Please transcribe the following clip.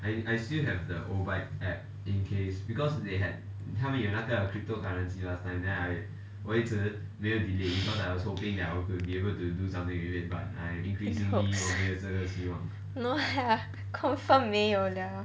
confirm 没有 liao